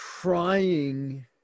trying